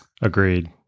Agreed